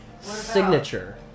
signature